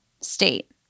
state